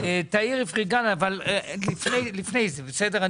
פריד סעיד, בקשה.